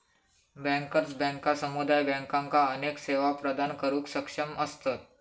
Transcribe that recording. bankers बँका समुदाय बँकांका अनेक सेवा प्रदान करुक सक्षम असतत